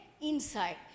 inside